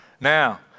now